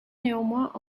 néanmoins